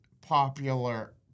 popular